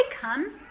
come